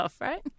right